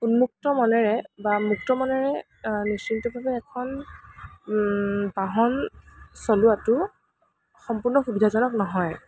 উন্মুক্ত মনেৰে বা মুক্ত মনেৰে নিচিন্তভাৱে এখন বাহন চলোৱাতো সম্পূৰ্ণ সুবিধাজনক নহয়